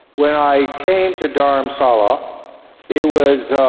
when i came to dharamsala it was